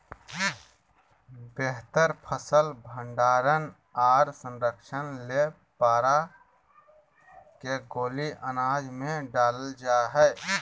बेहतर फसल भंडारण आर संरक्षण ले पारा के गोली अनाज मे डालल जा हय